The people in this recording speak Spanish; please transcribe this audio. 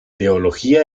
teología